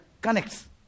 connects